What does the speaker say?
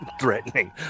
threatening